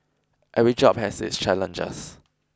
every job has its challenges